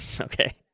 Okay